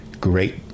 great